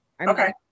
Okay